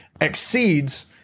exceeds